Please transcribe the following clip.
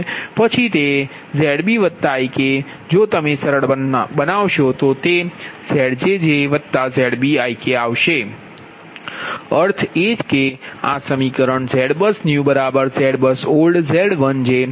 પછી તે ZbIk પછી જો તમે સરળ બનાવશો તો તે ZjjZbIk આવશે તેનો અર્થ એ કે આ સમીકરણZBUSNEWZBUSOLD Z1j Zj1 Zj2 Znj ZjjZb છે